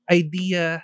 idea